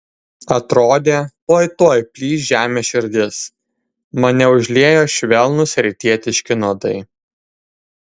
atrodė tuoj tuoj plyš žemės širdis mane užliejo švelnūs rytietiški nuodai